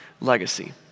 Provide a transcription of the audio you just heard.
legacy